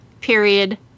period